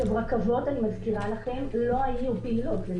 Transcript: רכבות מנתב"ג, אני מזכירה לכם, לא היו פעילות.